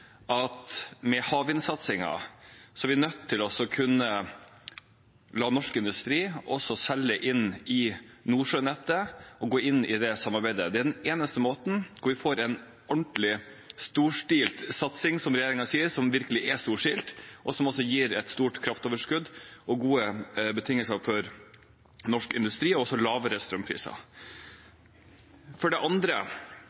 at med havvindssatsingen er vi nødt til å kunne la norsk industri også selge inn i Nordsjønettet og gå inn i det samarbeidet. Det er den eneste måten vi får til en ordentlig storstilt satsing på, som regjeringen sier, som virkelig er storstilt, og som også gir et stort kraftoverskudd og gode betingelser for norsk industri og